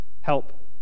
help